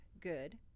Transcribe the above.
good